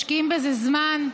משקיעים בזה זמן,